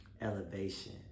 elevation